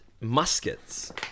muskets